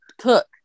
cook